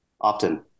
often